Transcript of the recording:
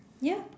ya